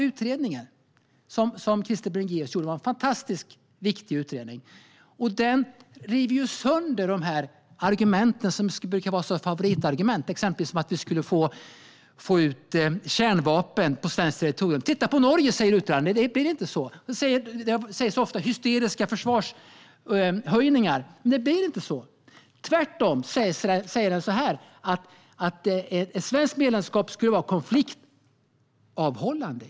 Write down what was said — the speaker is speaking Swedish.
Utredningen som Krister Bringéus gjorde var en fantastiskt viktig utredning. Den river sönder de argument som brukar vara favoritargument, exempelvis att vi skulle få kärnvapen på svenskt territorium. Titta på Norge, säger utredaren. Det blir inte så. Det talas ofta om hysteriska försvarshöjningar. Men det blir inte så. Tvärtom säger utredningen att ett svenskt medlemskap skulle vara konfliktavhållande.